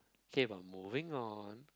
okay we're moving on